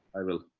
i will.